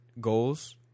goals